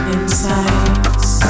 Insights